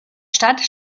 stadt